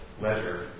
leisure